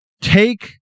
take